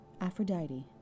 Aphrodite